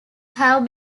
have